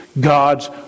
God's